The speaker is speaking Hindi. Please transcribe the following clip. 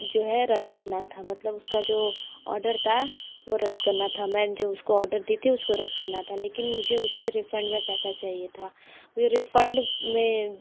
जो है रद्द करना था मतलब उसका जो ऑर्डर था वह रद्द करना था मैंने जो उसको ऑर्डर दी थी उसको रद्द करना था लेकिन मुझे उससे रिफंड में पैसा चाहिए था वह रिफंड में